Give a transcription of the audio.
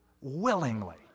Willingly